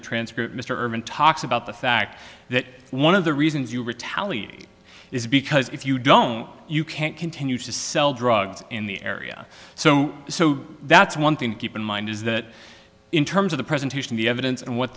the transcript mr irvin talks about the fact that one of the reasons you retaliate is because if you don't you can't continue to sell drugs in the area so so that's one thing to keep in mind is that in terms of the presentation the evidence and what